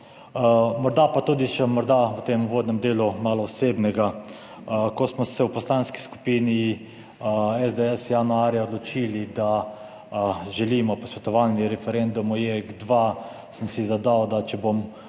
Morda pa tudi v tem uvodnem delu še malo osebnega. Ko smo se v Poslanski skupini SDS januarja odločili, da želimo posvetovalni referendum o JEK2, sem si zadal, da če bom